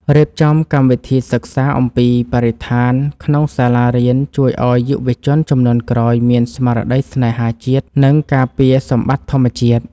រៀបចំកម្មវិធីសិក្សាអំពីបរិស្ថានក្នុងសាលារៀនជួយឱ្យយុវជនជំនាន់ក្រោយមានស្មារតីស្នេហាជាតិ និង ការពារសម្បត្តិធម្មជាតិ។